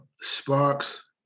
Sparks